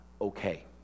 okay